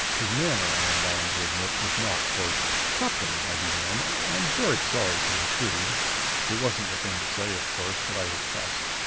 his manner, i am bound to admit, was not cordial. captain, i began, i am very sorry to intrude it wasn't the thing to say, of course, but i was fussed.